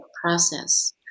process